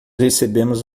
recebemos